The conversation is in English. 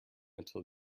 until